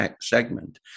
segment